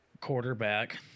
quarterback